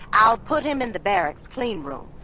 i'll put him in the barracks clean room.